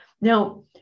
Now